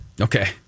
Okay